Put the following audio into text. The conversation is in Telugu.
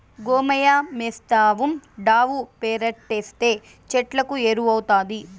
గోమయమేస్తావుండావు పెరట్లేస్తే చెట్లకు ఎరువౌతాది